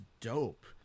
dope